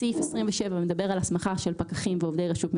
סעיף 27 מדבר על הסמכה של פקחים ועובדי רשות מקומית.